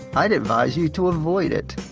i'd advise you to avoid it.